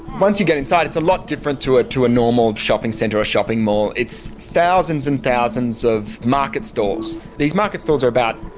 once you get inside it's a lot different to ah to a normal shopping center or shopping mall. it's thousands and thousands of market stalls. these market stalls are about,